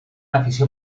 afició